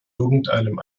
irgendeinem